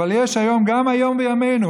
אבל גם היום, בימינו.